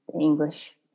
English